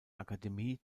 akademie